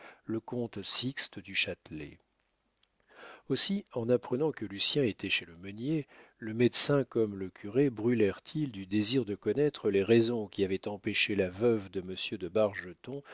le comte sixte du châtelet aussi en apprenant que lucien était chez le meunier le médecin comme le curé brûlèrent ils du désir de connaître les raisons qui avaient empêché la veuve de monsieur de